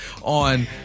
on